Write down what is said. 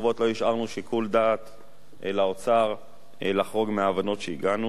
שיקול דעת לאוצר לחרוג מההבנות שהגענו אליהן אתם,